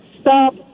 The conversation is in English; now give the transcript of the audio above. stop